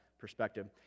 perspective